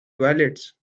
toilets